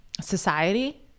society